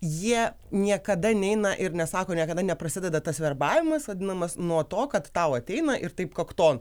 jie niekada neina ir nesako niekada neprasideda tas verbavimas vadinamas nuo to kad tau ateina ir taip kakton